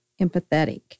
empathetic